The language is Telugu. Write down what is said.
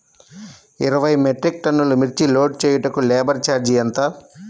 ఇరవై మెట్రిక్ టన్నులు మిర్చి లోడ్ చేయుటకు లేబర్ ఛార్జ్ ఎంత?